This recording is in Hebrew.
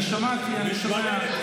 הם מפריעים לי לדבר.